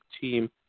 team